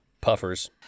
Puffers